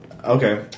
Okay